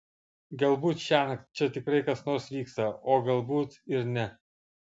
galbūt šiąnakt čia tikrai kas nors vyksta o galbūt ir ne